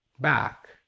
back